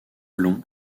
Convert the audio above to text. long